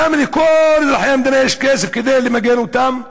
למה כל אזרחי המדינה יש כסף כדי למגן אותם,